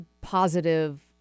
positive